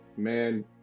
Man